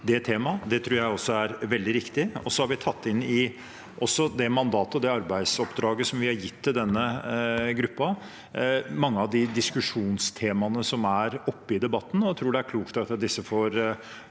det temaet, tror jeg også er veldig riktig. Vi har også tatt inn i mandatet, det arbeidsoppdraget som vi har gitt til denne gruppen, mange av de diskusjonstemaene som er oppe i debatten. Jeg tror det er klokt at disse blir